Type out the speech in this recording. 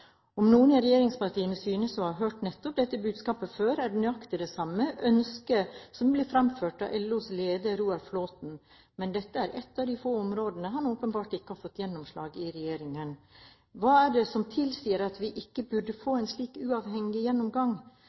Om noen i regjeringspartiene synes å ha hørt nettopp dette budskapet før, er det nøyaktig det samme som det ønsket som blir fremført av LOs leder, Roar Flåthen, men dette er ett av de få områdene han åpenbart ikke har fått gjennomslag på i regjeringen. Hva er det som tilsier at vi ikke burde få en slik uavhengig gjennomgang?